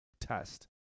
test